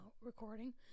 recording